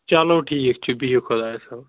چلو ٹھیٖک چھُ بِہِو خۄدایَس حوال